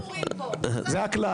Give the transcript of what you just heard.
זה הכלל.